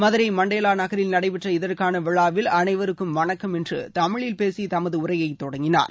Madurai Mandela நகரில் நடைபெற்ற இதற்கான விழாவில் அனைவருக்கும் வணக்கம் என்று தமிழில் பேசி தமது உரையை தொடங்கினார்